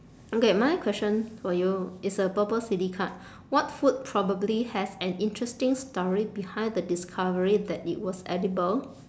okay my question for you is a purple silly card what food probably has an interesting story behind the discovery that it was edible